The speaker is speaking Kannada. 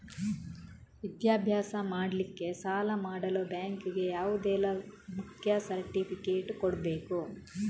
ವಿದ್ಯಾಭ್ಯಾಸ ಮಾಡ್ಲಿಕ್ಕೆ ಸಾಲ ಮಾಡಲು ಬ್ಯಾಂಕ್ ಗೆ ಯಾವುದೆಲ್ಲ ಮುಖ್ಯ ಸರ್ಟಿಫಿಕೇಟ್ ಕೊಡ್ಬೇಕು?